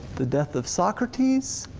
the death of socrates?